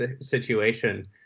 situation